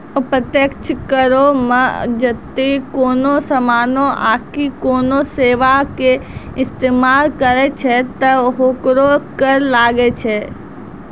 अप्रत्यक्ष करो मे जदि कोनो समानो आकि कोनो सेबा के इस्तेमाल करै छै त ओकरो कर लागै छै